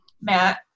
Matt